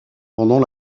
pendant